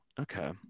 okay